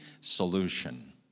solution